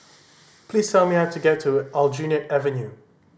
please tell me how to get to Aljunied Avenue